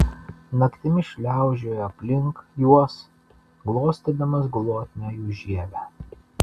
naktimis šliaužiojo aplink juos glostydamas glotnią jų žievę